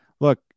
look